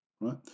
Right